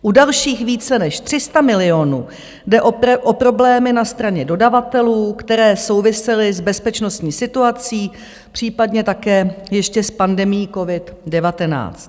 U dalších více než 300 milionů jde o problémy na straně dodavatelů, které souvisely s bezpečnostní situací, případně také ještě s pandemií covid19.